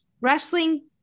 Wrestling